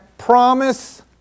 Promise